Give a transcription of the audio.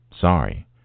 Sorry